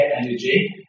energy